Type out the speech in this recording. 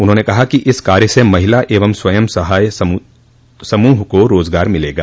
उन्होंने कहा कि इस कार्य से महिला स्वयं सहायता समूह को रोजगार मिलेगा